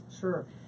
Sure